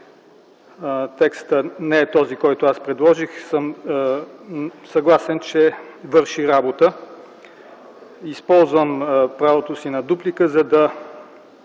текстът не е този, който предложих, съм съгласен, че върши работа. Използвам правото си на дуплика, за да